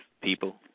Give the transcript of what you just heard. people